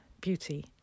beauty